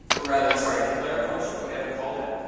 or rather, sorry, declare a function. but we haven't called it.